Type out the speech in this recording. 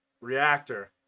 reactor